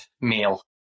meal